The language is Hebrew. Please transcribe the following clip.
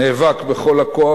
נאבק בכל הכוח,